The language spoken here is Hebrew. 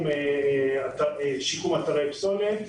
לשיקום אתרי פסולת.